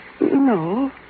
No